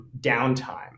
downtime